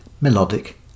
melodic